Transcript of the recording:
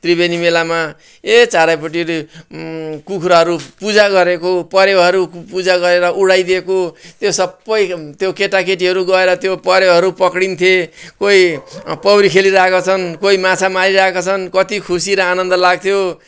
त्रिवेनी मेलामा ए चारैपट्टि कुखुराहरू पूजा गरेको परेवाहरू पूजा गरेर उडाइ दिएको त्यो सबै त्यो केटाकेटीहरू गएर त्यो परेवाहरू पक्रिन्थे कोही पौडी खेलीरहेका छन् कोही माछा मारिरहेका छन् कति खुसी र आनन्द लाग्थ्यो